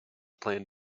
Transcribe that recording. planned